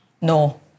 no